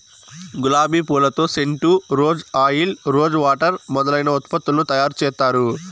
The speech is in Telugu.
గులాబి పూలతో scent, rose oil, rose water మొదలైన ఉత్పత్తులను తయారు చేత్తారు